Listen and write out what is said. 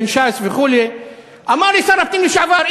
בין ש"ס וכו' אמר לי שר הפנים לשעבר,